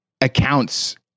accounts